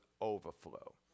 overflow